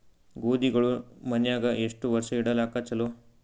ಗೋಧಿಗಳು ಮನ್ಯಾಗ ಎಷ್ಟು ವರ್ಷ ಇಡಲಾಕ ಚಲೋ?